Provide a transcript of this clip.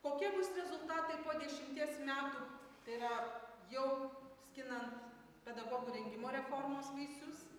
kokie bus rezultatai po dešimties metų tai yra skinant pedagogų rengimo reformos vaisius